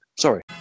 Sorry